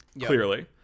clearly